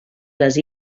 les